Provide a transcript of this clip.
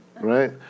right